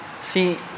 See